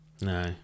No